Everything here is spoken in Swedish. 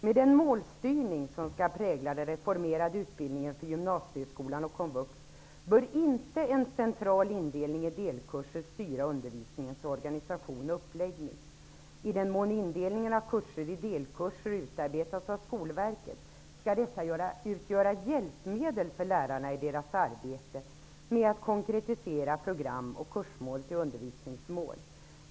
Med den målstyrning som skall prägla den reformerade utbildningen för gymnasieskolan och komvux bör inte en central indelning i delkurser styra undervisningens organisation och uppläggning. I den mån indelningen av kurser i delkurser utarbetas av Skolverket skall dessa utgöra ett hjälpmedel för lärarna i deras arbete med att konkretisera program och kursmål till undervisningsmål.